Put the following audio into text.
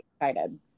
excited